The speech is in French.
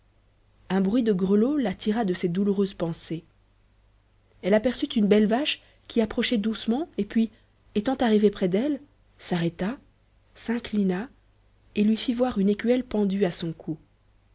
un bruit de grelots la tira de ses douloureuses pensées elle aperçut une belle vache qui approchait doucement et puis étant arrivée près d'elle s'arrêta s'inclina et lui fit voir une écuelle pendue à son cou